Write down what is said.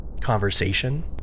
conversation